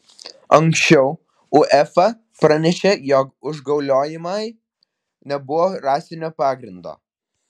anksčiau uefa pranešė jog užgauliojimai nebuvo rasinio pagrindo